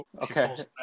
Okay